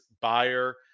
buyer